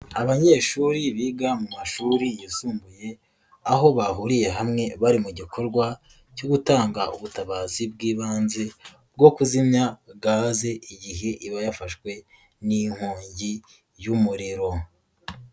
Abanyeshuri biga mu mashuri yisumbuye, aho bahuriye hamwe bari mu gikorwa cyo gutanga ubutabazi bw'ibanze bwo kuzimya gaze igihe iba yafashwe n'inkongi y'umuriro.